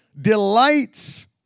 delights